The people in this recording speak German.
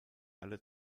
alle